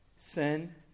sin